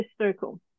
circle